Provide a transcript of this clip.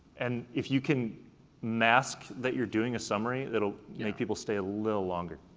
and if you can mask that you're doing a summary that'll make people stay a little longer.